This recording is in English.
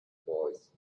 boys